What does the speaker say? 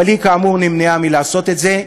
אבל היא, כאמור, נמנעה מלעשות את זה,